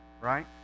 right